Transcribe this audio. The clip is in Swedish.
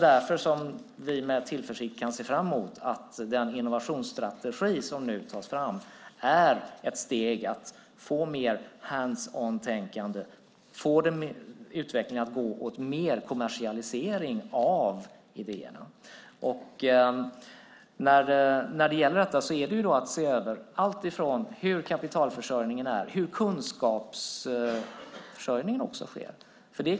Därför kan vi med tillförsikt se fram emot att den innovationsstrategi som tas fram är ett steg mot mer hands on-tänkande och mot att få utvecklingen att gå mot mer kommersialisering av idéerna. Det gäller att se över kapitalförsörjningen och hur kunskapsförsörjningen sker.